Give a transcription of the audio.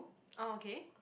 oh okay